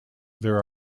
there